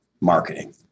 marketing